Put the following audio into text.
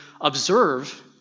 observe